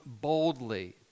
boldly